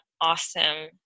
awesome